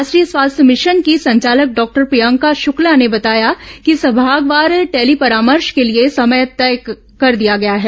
राष्ट्रीय स्वास्थ्य मिशन की संचालक डॉक्टर प्रियंका शुक्ला ने बताया कि संभागवार टेली परामर्श के लिए समय तय कर दिया गया है